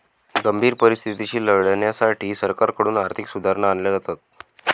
गंभीर परिस्थितीशी लढण्यासाठी सरकारकडून आर्थिक सुधारणा आणल्या जातात